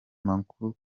makuru